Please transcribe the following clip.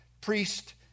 priest